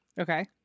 Okay